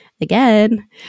again